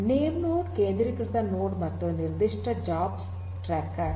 name node ಕೇಂದ್ರೀಕೃತ node ಮತ್ತು ನಿರ್ದಿಷ್ಟ ಜಾಬ್ ಟ್ರ್ಯಾಕರ್